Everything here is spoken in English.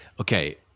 okay